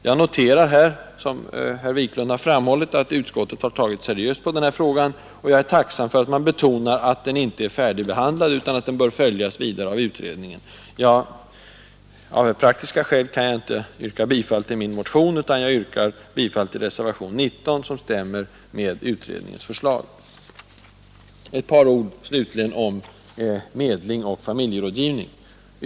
Jag noterar att, som herr Wiklund i Stockholm framhållit, utskottet har tagit seriöst på denna fråga, och jag är tacksam för att man betonar att den inte är färdigbehandlad nu utan bör följas vidare av utredningen. Av praktiska skäl kan jag inte yrka bifall till min motion, utan jag yrkar bifall till reservationen 19 som överensstämmer med utredningens förslag. Ett par ord slutligen om medling och familjerådgivning.